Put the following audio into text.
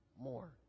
more